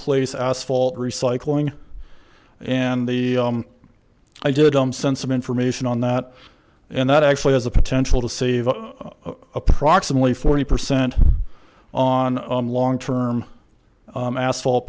place asphalt recycling and the i do dumb sense of information on that and that actually has the potential to save approximately forty percent on long term asphalt